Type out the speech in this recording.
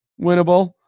winnable